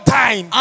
time